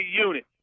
unit